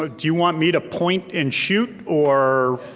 ah do you want me to point and shoot or?